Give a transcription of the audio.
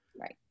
Right